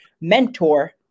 mentor